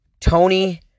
Tony